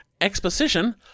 exposition